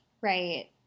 right